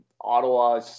Ottawa